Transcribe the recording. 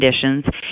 conditions